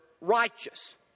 righteous